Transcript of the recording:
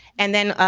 and then,